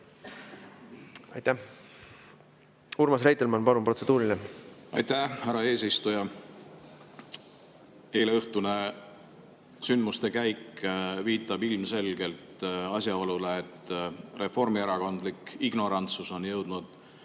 Urmas Reitelmann, palun, protseduuriline! Aitäh, härra eesistuja! Eileõhtune sündmuste käik viitab ilmselgelt asjaolule, et reformierakondlik ignorantsus on jõudnud